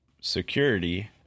security